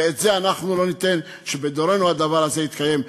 ואת זה, אנחנו לא ניתן שבדורנו הדבר הזה יתקיים.